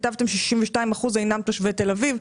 כתבתם 62 אחוזים אינם תושבי תל אביב.